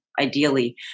ideally